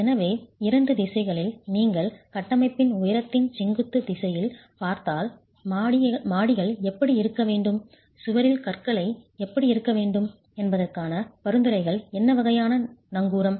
எனவே இரண்டு திசைகளில் நீங்கள் கட்டமைப்பின் உயரத்தின் செங்குத்து திசையைப் பார்த்தால் மாடிகள் எப்படி இருக்க வேண்டும் சுவரில் கற்றைகள் எப்படி இருக்க வேண்டும் என்பதற்கான பரிந்துரைகள் என்ன வகையான நங்கூரம்